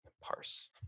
Parse